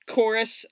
Chorus